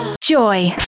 Joy